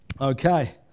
Okay